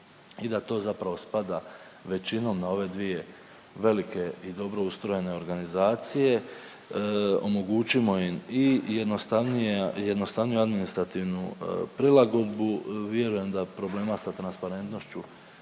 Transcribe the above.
i da to zapravo spada većinom na ove dvije velike i dobro ustrojene organizacije. Omogućimo im i jednostavnije, jednostavniju administrativnu prilagodbu, vjerujem da problema sa transparentnošću